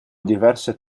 diverse